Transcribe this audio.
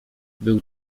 był